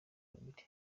babiri